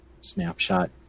snapshot